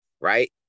right